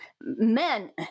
men